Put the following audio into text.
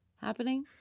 happening